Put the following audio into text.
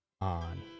on